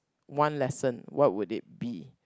one lesson what would it be